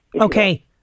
okay